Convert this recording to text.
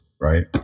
Right